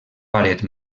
paret